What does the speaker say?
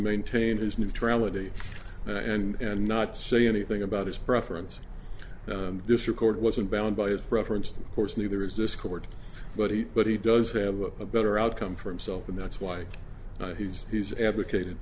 maintain his neutrality and not say anything about his preference this record wasn't bound by his preference of course neither is this court but he but he does have a better outcome from self and that's why he's he's advocated